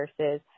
versus